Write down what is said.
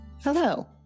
Hello